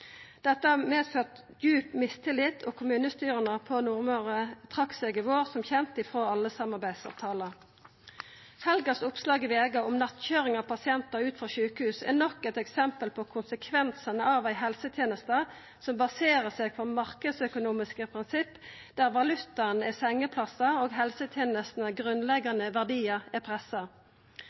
Dette har ført til djup mistillit, og kommunestyra på Nordmøre trekte seg som kjent i vår frå alle samarbeidsavtalar. Oppslaget i VG i helga om nattkøyring av pasientar ut frå sjukehus er nok eit eksempel på konsekvensane av ei helseteneste som baserer seg på marknadsøkonomiske prinsipp, der valutaen er sengeplassar og helsetenesta med grunnleggjande verdiar er pressa.